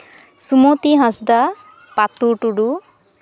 Sumoti Hansda Patu Tudu